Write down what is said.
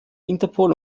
interpol